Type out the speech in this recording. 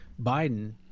Biden